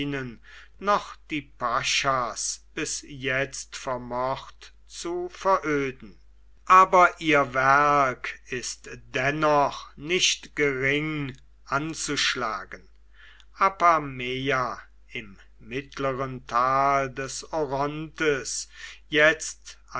noch die paschas bis jetzt vermocht zu veröden aber ihr werk ist dennoch nicht gering anzuschlagen apameia im mittleren tal des orontes jetzt